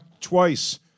twice